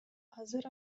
азыр